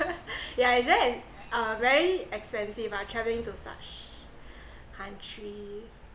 yeah it's very an uh very expensive ah travelling to such country